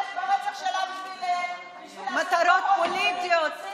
ברצח שלה בשביל לעשות הון פוליטי ציני,